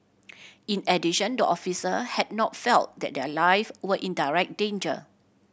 in addition the officer had not felt that their life were in direct danger